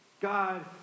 God